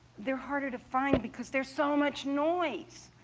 they're harder to find, because there's so much noise!